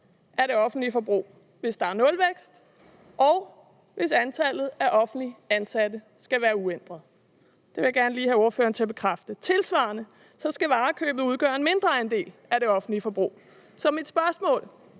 af det offentlige forbrug, hvis der er nulvækst, og hvis antallet af offentlige ansatte skal være uændret. Det vil jeg gerne lige have ordføreren til at bekræfte. Tilsvarende skal varekøbet udgøre en mindre andel af det offentlige forbrug. Så mit spørgsmål